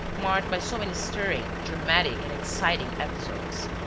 marked by so many stirring, dramatic and exciting episodes,